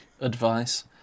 advice